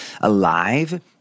alive